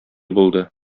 булды